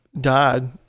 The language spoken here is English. died